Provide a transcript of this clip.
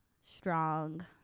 strong